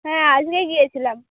হ্যাঁ আজকেই গিয়েছিলাম